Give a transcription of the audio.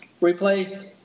Replay